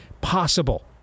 possible